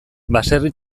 baserri